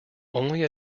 only